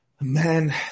Man